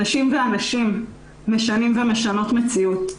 נשים ואנשים משנים ומשנות מציאות.